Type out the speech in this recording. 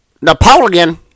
Napoleon